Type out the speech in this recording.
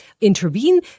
intervene